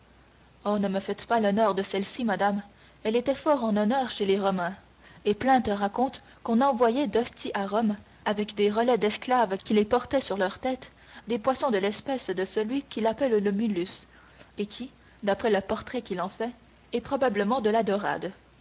oh ne me faites pas honneur de celle-ci madame elle était fort en honneur chez les romains et pline raconte qu'on envoyait d'ostie à rome avec des relais d'esclaves qui les portaient sur leur tête des poissons de l'espèce de celui qu'il appelle le mulus et qui d'après le portrait qu'il en fait est probablement la dorade